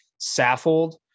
Saffold